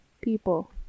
people